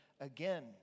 again